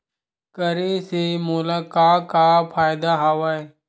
करे से मोला का का फ़ायदा हवय?